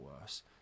worse